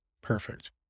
Perfect